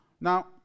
Now